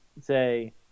say